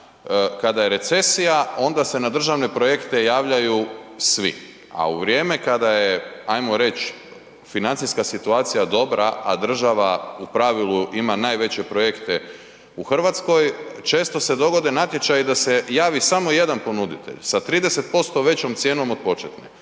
kada je recesija onda se na državne projekte javljaju svi. A u vrijeme kada je ajmo reć financijska situacija dobra, a država u pravilu ima najveće projekte u Hrvatskoj, često se dogode natječaji da se javi samo jedan ponuditelj sa 30% većom cijenom od početne